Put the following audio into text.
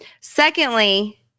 Secondly